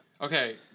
Okay